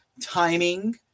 timing